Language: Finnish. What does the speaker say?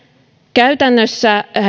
käytännössä